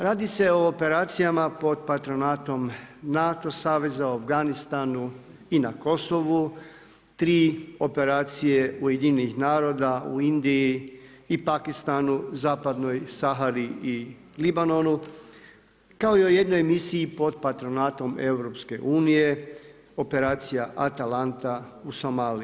Radi se o operacijama pod patronatom NATO saveza u Afganistanu i na Kosovu, tri operacije UN-a u Indiji i Pakistanu, Zapadnoj Sahari i Libanonu kao i o jednoj misiji pod patronatom EU operacija Atalanta u Somaliji.